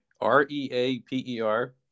R-E-A-P-E-R